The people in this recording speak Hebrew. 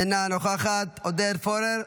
אינה נוכחת, עודד פורר,